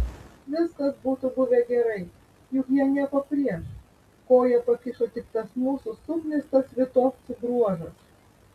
viskas būtų buvę gerai juk jie nieko prieš koją pakišo tik tas mūsų suknistas litovcų bruožas